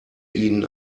ihnen